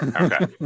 Okay